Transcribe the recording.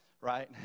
right